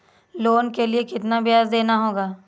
Loan के लिए कितना ब्याज देना होगा?